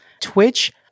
Twitch